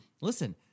listen